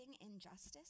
injustice